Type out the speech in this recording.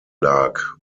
lag